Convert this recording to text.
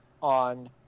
on